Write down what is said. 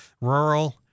rural